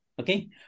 Okay